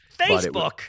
Facebook